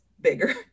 bigger